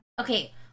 Okay